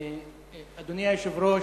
אדוני היושב-ראש,